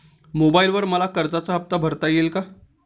मोबाइलवर मला कर्जाचा हफ्ता भरता येईल का?